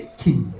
king